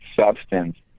substance